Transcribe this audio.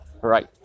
Right